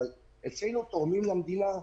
אבל אצלנו תורמים למדינה,